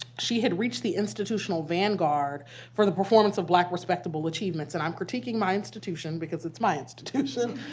she had reached the institutional vanguard for the performance of black respectable achievements. and i'm critiquing my institution because it's my institution.